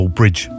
bridge